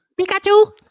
Pikachu